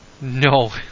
no